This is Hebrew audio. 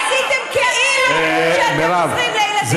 עשיתם כאילו שאתם עוזרים לילדים.